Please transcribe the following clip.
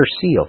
seal